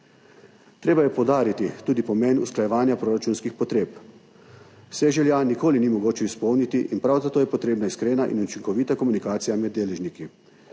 Treba je poudariti tudi pomen usklajevanja proračunskih potreb. Vseh želja nikoli ni mogoče izpolniti in prav zato je potrebna iskrena in učinkovita komunikacija med deležniki.